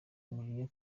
umujinya